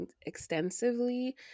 extensively